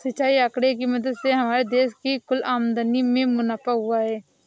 सिंचाई आंकड़े की मदद से हमारे देश की कुल आमदनी में मुनाफा हुआ है